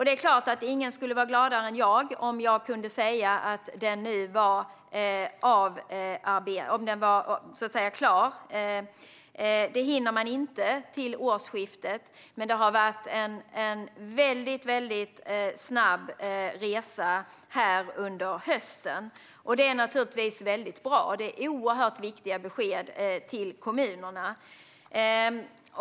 Det är klart att ingen skulle vara gladare än jag om jag kunde säga att balansen nu var klar. Detta hinner man inte till årsskiftet, men det har varit en väldigt snabb resa under hösten. Det är naturligtvis bra, för detta är oerhört viktiga besked till kommunerna.